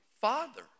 father